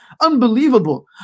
unbelievable